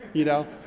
you know?